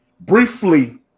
briefly